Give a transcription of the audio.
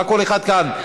מה כל אחד כאן?